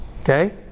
okay